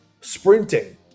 sprinting